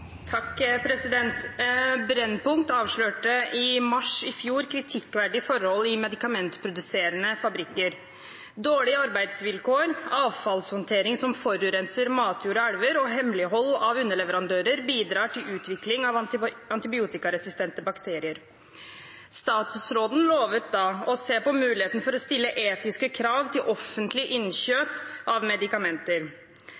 avslørte i mars i fjor kritikkverdige forhold i medikamentproduserende fabrikker. Dårlige arbeidsvilkår, avfallshåndtering som forurenser matjord, og hemmelighold av underleverandører bidrar til utvikling av antibiotikaresistente bakterier. Statsråden lovet å se på muligheten for å stille etiske krav i offentlige